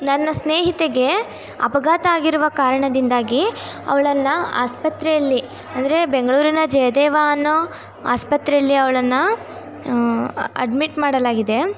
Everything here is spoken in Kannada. ನನ್ನ ಸ್ನೇಹಿತೆಗೆ ಅಪಘಾತ ಆಗಿರುವ ಕಾರಣದಿಂದಾಗಿ ಅವಳನ್ನ ಆಸ್ಪತ್ರೆಯಲ್ಲಿ ಅಂದರೆ ಬೆಂಗಳೂರಿನ ಜಯದೇವ ಅನ್ನೋ ಆಸ್ಪತ್ರೆಯಲ್ಲಿ ಅವಳನ್ನ ಅಡ್ಮಿಟ್ ಮಾಡಲಾಗಿದೆ